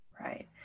Right